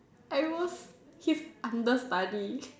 I was his under study